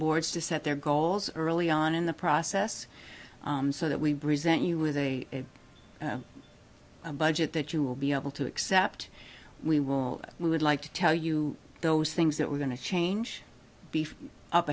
boards to set their goals early on in the process so that we breeze at you with a budget that you will be able to accept we will we would like to tell you those things that we're going to change beef up